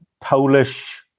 Polish